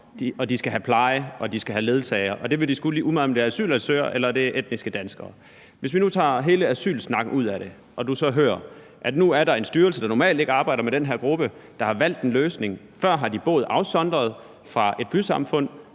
og de skal have pleje og have ledsagere; det vil de skulle, lige meget om der er tale om asylansøgere eller etniske danskere. Hvis vi nu tager hele asylsnakken ud af det, så er der her en styrelse, der normalt ikke arbejder med den her gruppe, som har valgt en løsning – før har de boet afsondret fra et bysamfund,